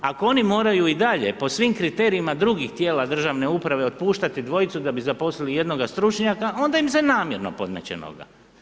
Ako oni moraju i dalje po svim kriterijima drugih tijela državne uprave otpuštati dvojicu da bi zaposlili jednoga stručnjaka onda im se namjerno podmeće noga.